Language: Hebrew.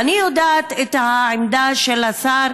ואני יודעת טוב מאוד את העמדה של השר